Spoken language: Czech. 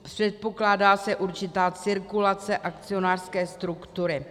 Předpokládá se určitá cirkulace akcionářské struktury.